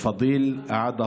חודש